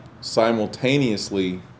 simultaneously